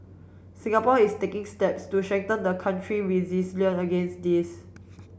Singapore is taking steps to strengthen the country against this